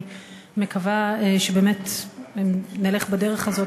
אני מקווה שבאמת נלך בדרך הזאת.